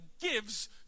gives